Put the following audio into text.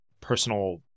personal